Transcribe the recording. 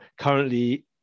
currently